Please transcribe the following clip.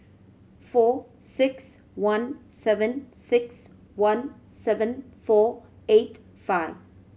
four six one seven six one seven four eight five